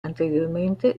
anteriormente